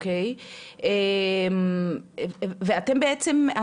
ואתם בעצם,